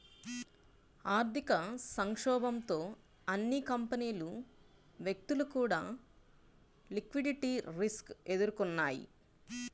ఆర్థిక సంక్షోభంతో అన్ని కంపెనీలు, వ్యక్తులు కూడా లిక్విడిటీ రిస్క్ ఎదుర్కొన్నయ్యి